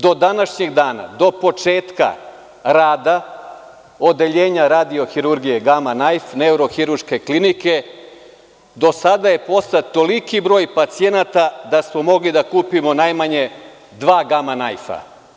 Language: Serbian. Do današnjeg dana, do početka rada odeljenja radio-hirurgije „Gama najf“neurohirurške klinike do sada je poslat toliki broj pacijenata da smo mogli da kupimo najmanje dva „Gama najfa.